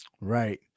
Right